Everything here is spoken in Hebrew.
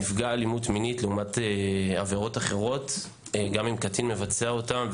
נפגע אלימות מינית לעומת עבירות אחרות גם אם קטין מבצע אותן,